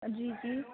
جی جی